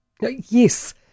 Yes